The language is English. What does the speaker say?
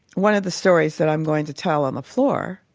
one of the stories that i'm going to tell on the floor,